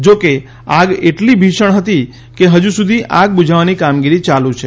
જોકે આગ એટલી ભીષણ હતી કે હજુ સુધી આગ બુઝાવવાની કામગીરી ચાલુ છે